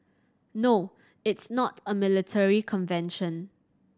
no it's not a military convention